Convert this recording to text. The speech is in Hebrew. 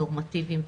נורמטיביים,